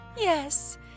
Yes